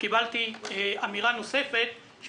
קיבלתי אמירה נוספת: